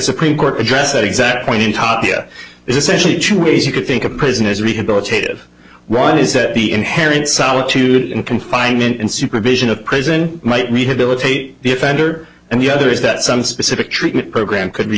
supreme court addressed that exact point in tapia is essentially two ways you could think a prison is rehabilitated one is that the inherent solitude and confinement and supervision of prison might rehabilitate the offender and the other is that some specific treatment program could